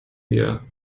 wir